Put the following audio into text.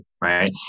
Right